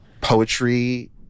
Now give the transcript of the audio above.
poetry